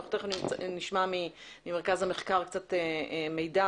אנחנו תיכף נשמע ממרכז המחקר קצת מידע